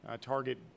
target